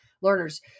learners